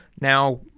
Now